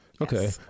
Okay